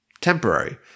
temporary